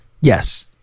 Yes